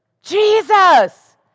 Jesus